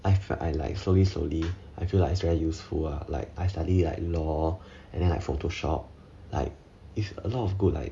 I felt I like slowly slowly I feel like it's very useful lah like I study like law and then like photoshop like is a lot of good like